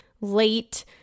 late